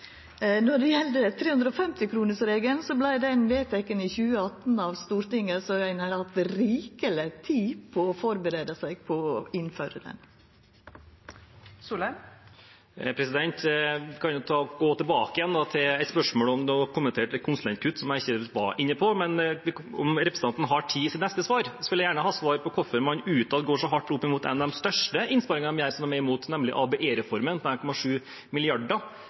det. Når det gjeld 350-kronersregelen, vart han vedteken i 2018 av Stortinget, så ein har hatt rikeleg tid på å førebu seg på å innføra han. Representanten kommenterte konsulentkutt, som jeg ikke var inne på, men om representanten har tid i sitt neste svar, skulle jeg gjerne hatt svar på hvorfor man utad går så hardt ut mot en av de største innsparingene de gjør, som de er imot, nemlig ABE-reformen, på